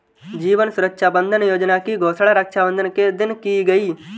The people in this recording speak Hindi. जीवन सुरक्षा बंधन योजना की घोषणा रक्षाबंधन के दिन की गई